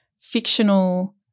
fictional